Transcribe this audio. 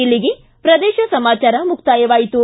ಇಲ್ಲಿಗೆ ಪ್ರದೇಶ ಸಮಾಚಾರ ಮುಕ್ತಾಯವಾಯಿತು